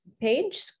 page